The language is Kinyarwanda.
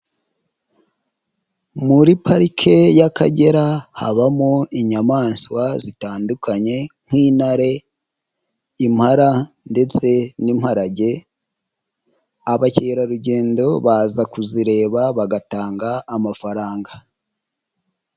Muri pariki y'Akagera habamo inyamaswa zitandukanye nk'intare, impala ndetse n'imparage, abakeyerarugendo baza kuzireba bagatanga amafaranga.